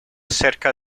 cerca